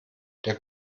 der